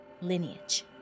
lineage